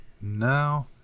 No